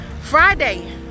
Friday